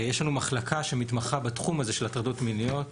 יש לנו מחלקה שמתמחה בתחום הזה של הטרדות מיניות.